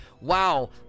wow